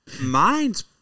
Mine's